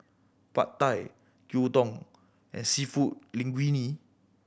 Pad Thai Gyudon and Seafood Linguine